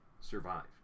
survived